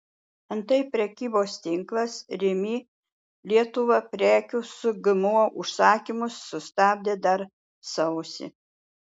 antai prekybos tinklas rimi lietuva prekių su gmo užsakymus sustabdė dar sausį